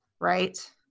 right